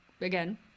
again